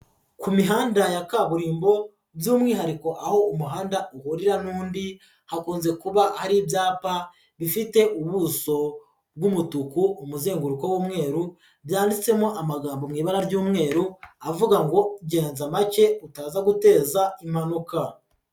Ku mihanda ya kaburimbo by'umwihariko aho umuhanda uhurira n'undi, hakunze kuba hari ibyapa, bifite ubuso bw'umutuku, umuzenguruko w'umweru, byanditsemo amagambo mu ibara ry'umweru, avuga ngo gendaza make utaza guteza impanuka.